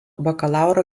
bakalauro